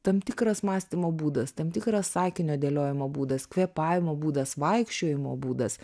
tam tikras mąstymo būdas tam tikras sakinio dėliojimo būdas kvėpavimo būdas vaikščiojimo būdas